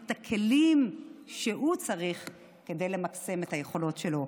את הכלים שהוא צריך כדי למקסם את היכולות שלו.